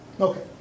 Okay